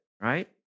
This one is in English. right